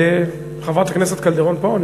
חברת הכנסת קלדרון פה?